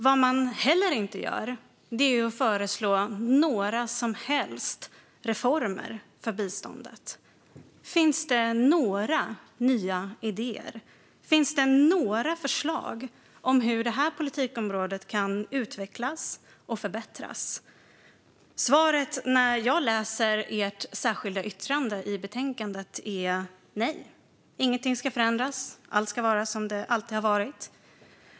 Vad man inte heller gör är att föreslå några som helst reformer för biståndet. Finns det några nya idéer? Finns det några förslag om hur det här politikområdet kan utvecklas och förbättras? Svaret när jag läser ert särskilda yttrande i betänkandet är nej. Ingenting ska förändras. Allt ska vara som det alltid har varit.